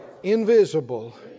Invisible